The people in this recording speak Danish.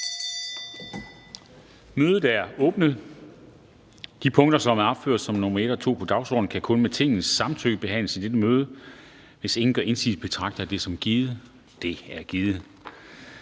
Kristensen): De punkter, som er opført som nr. 1 og 2 på dagsordenen, kan kun med Tingets samtykke behandles i dette møde. Hvis ingen gør indsigelse, betragter jeg samtykket som givet. Det er givet.